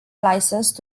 licensed